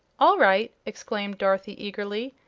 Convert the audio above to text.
all right! exclaimed dorothy, eagerly.